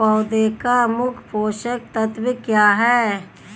पौधे का मुख्य पोषक तत्व क्या हैं?